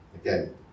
Again